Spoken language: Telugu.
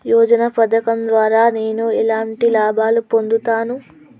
యోజన పథకం ద్వారా నేను ఎలాంటి లాభాలు పొందుతాను?